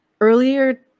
Earlier